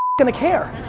gonna care.